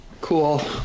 Cool